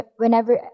whenever